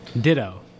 ditto